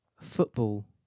Football